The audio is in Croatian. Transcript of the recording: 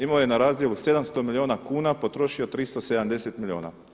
Imao je na razdjelu 700 milijuna kuna, potrošio 370 milijuna.